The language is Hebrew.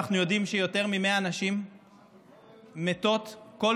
אנחנו יודעים שיותר מ-100 נשים מתות כל